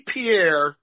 Pierre